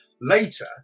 later